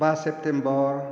बा सेप्तेम्बर